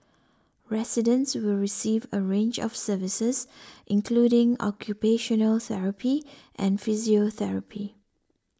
residents will receive a range of services including occupational therapy and physiotherapy